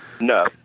No